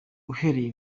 uhereye